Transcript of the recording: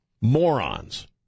morons